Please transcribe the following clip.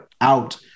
out